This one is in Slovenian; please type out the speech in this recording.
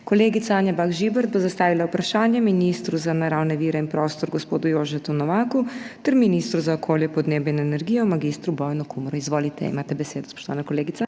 Kolegica Anja Bah Žibert bo zastavila vprašanje ministru za naravne vire in prostor gospodu Jožetu Novaku ter ministru za okolje, podnebje in energijo mag. Bojanu Kumru. Izvolite, imate besedo, spoštovana kolegica.